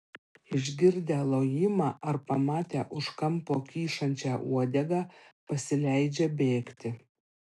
išgirdę lojimą ar pamatę už kampo kyšančią uodegą pasileidžia bėgti